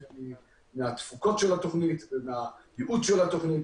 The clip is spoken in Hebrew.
ומהתפוקות של התוכנית ומהייעוד של התוכנית.